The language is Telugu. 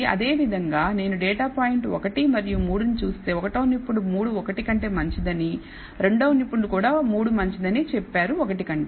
అదే విధంగా నేను డేటా పాయింట్ 1 మరియు 3 ని చూస్తే 1 వ నిపుణుడు 3 1 కంటే మంచిదని 2 వ నిపుణుడు కూడా 3 మంచిదని చెప్పారు 1 కంటే